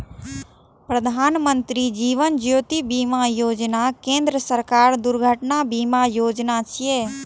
प्रधानमत्री जीवन ज्योति बीमा योजना केंद्र सरकारक दुर्घटना बीमा योजना छियै